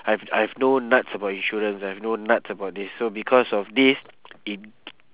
I've I've no nuts about insurance I've no nuts about this so because of this it